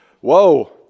Whoa